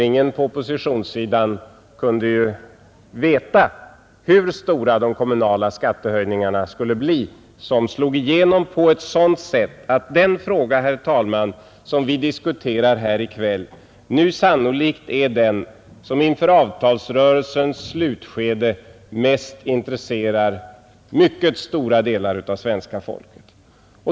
Ingen på oppositionssidan kunde ju veta hur stora de kommunala skattehöjningarna skulle bli, som slog igenom på ett sådant sätt att den fråga, herr talman, som vi diskuterar här i kväll sannolikt är den som inför avtalsrörelsens slutskede mest intresserar mycket stora delar av svenska folket.